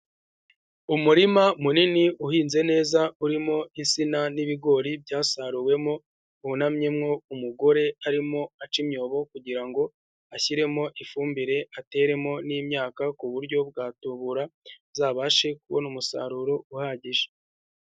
Umurima munini uhinze neza, urimo insina n'ibigori byasaruwemo, wunamyemo umugore arimo aca imyobo kugira ngo ashyiremo ifumbire ateremo n'imyaka ku buryo bwa tubura, azabashe kubona umusaruro uhagije.